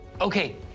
Okay